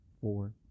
four